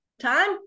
time